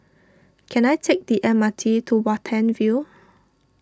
can I take the M R T to Watten View